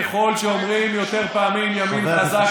ככל שאומרים יותר פעמים: ימין חזק,